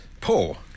Poor